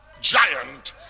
giant